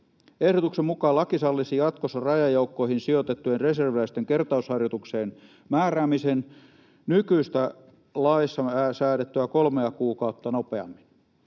Ehdotuksen mukaan laki sallisi jatkossa rajajoukkoihin sijoitettujen reserviläisten kertausharjoitukseen määräämisen nykyistä laissa säädettyä kolmea kuukautta nopeammin.